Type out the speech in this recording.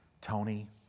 Tony